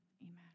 amen